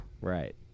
Right